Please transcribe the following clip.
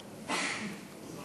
שלום,